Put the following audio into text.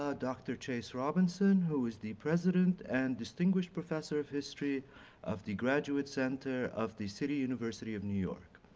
ah dr. chase robinson, who is the president and distinguished professor of history of the graduate center of the city university of new york.